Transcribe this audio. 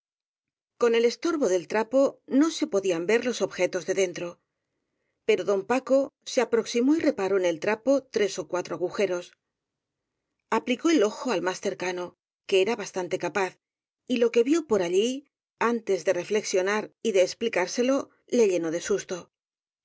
con el estorbo del trapo no se podían vel los objetos de dentro pero don paco se aproximó y reparó en el trapo tres ó cuatro agujeros aplicó el ojo al más cercano que era bastante capaz y lo que vió por allí antes de reflexionar y de expli cárselo le llenó de susto